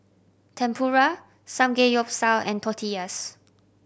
Tempura Samgeyopsal and Tortillas